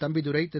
Thambidurai Thiru